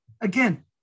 again